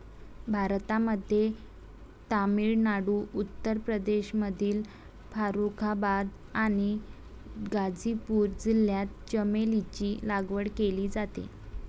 भारतामध्ये तामिळनाडू, उत्तर प्रदेशमधील फारुखाबाद आणि गाझीपूर जिल्ह्यात चमेलीची लागवड केली जाते